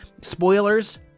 spoilers